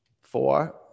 Four